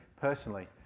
personally